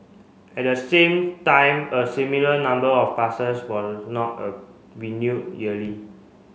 at the same time a similar number of passes were not a renewed yearly